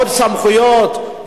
עוד סמכויות,